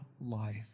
life